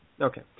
Okay